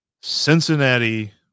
Cincinnati